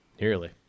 Nearly